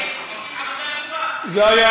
אבל,